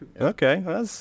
Okay